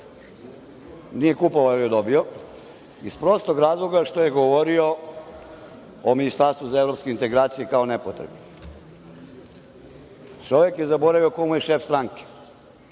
nije kupovao, ali je dobio, iz prostog razloga što je govorio o Ministarstvu za evropske integracije kao nepotrebnom. Čovek je zaboravio ko mu je šef stranke,